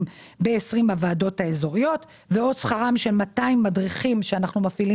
ב-20 הוועדות האזוריות ועוד שכרם של 200 מדריכים שאנחנו מפעילים